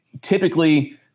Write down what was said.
typically